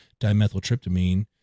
dimethyltryptamine